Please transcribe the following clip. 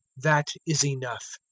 that is enough,